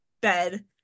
bed